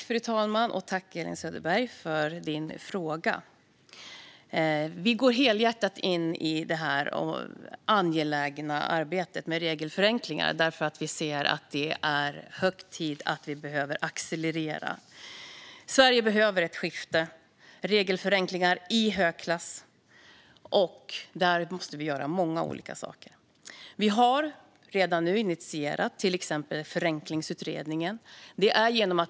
Fru talman! Tack, Elin Söderberg, för frågan! Vi går helhjärtat in i det angelägna arbetet med regelförenklingar, för vi ser att det är hög tid att accelerera det. Sverige behöver ett skifte med regelförenklingar. Där måste vi göra många olika saker. Vi har redan nu initierat till exempel en förenklingsutredning.